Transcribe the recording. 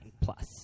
Plus